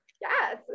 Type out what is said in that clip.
Yes